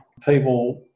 people